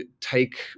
take